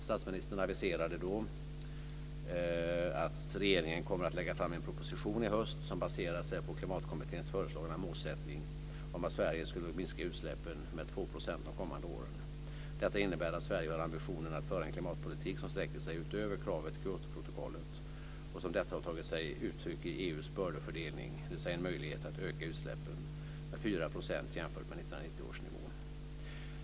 Statsministern aviserade då att regeringen kommer att lägga fram en proposition i höst som baserar sig på Detta innebär att Sverige har ambitionen att föra en klimatpolitik som sträcker sig utöver kravet i Kyotoprotokollet som detta har tagit sig uttryck i EU:s bördefördelning, dvs. en möjlighet att öka utsläppen med 4 % jämfört med 1990 års nivå.